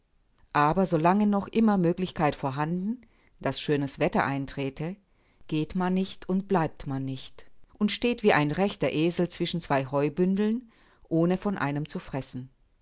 aber so lange noch immer möglichkeit vorhanden daß schönes wetter eintrete geht man nicht und bleibt man nicht und steht wie ein rechter esel zwischen zwei heubündeln ohne von einem zu fressen